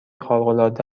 خارقالعاده